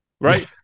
Right